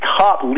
top